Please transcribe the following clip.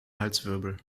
halswirbel